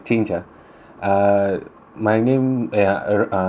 ah my name ya uh uh sanjeev